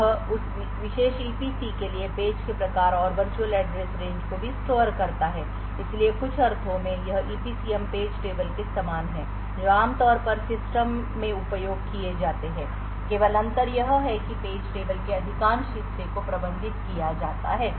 यह उस विशेष ईपीसी के लिए पेज के प्रकार और वर्चुअल एड्रेस रेंज को भी स्टोर करता है इसलिए कुछ अर्थों में यह ईपीसीएम पेज टेबल के समान है जो आमतौर पर सिस्टम में उपयोग किए जाते हैं केवल अंतर यह है कि पेज टेबल के अधिकांश हिस्से को प्रबंधित किया जाता है